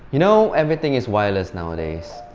you know everything is wireless nowadays.